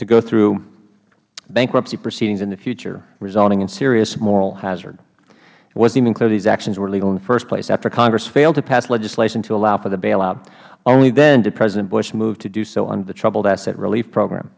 to go through bankruptcy proceedings in the future resulting in serious moral hazard it wasn't even clear that these actions were legal in the first place after congress failed to pass legislation to allow for the bailout only then did president bush move to do so under the troubled asset relief program